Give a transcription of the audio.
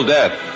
Death